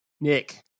Nick